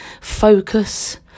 focus